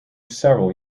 several